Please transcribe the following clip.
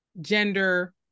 gender